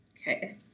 Okay